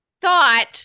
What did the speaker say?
thought